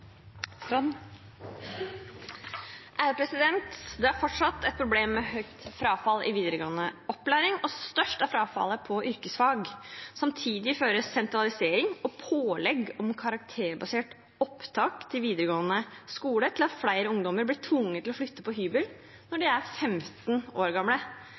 fortsatt et problem med høyt frafall i videregående opplæring, og størst er frafallet på yrkesfag. Samtidig fører sentralisering og pålegg om karakterbasert opptak til videregående skole til at flere ungdommer blir tvunget til å flytte på hybel når de er 15 år gamle.